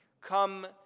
Come